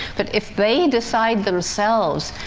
but if they decide themselves,